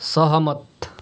सहमत